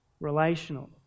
relational